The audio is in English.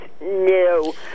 no